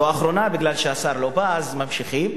לא אחרונה מפני שהשר לא בא, אז ממשיכים,